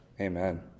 Amen